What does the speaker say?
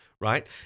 right